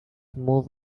move